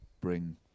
bring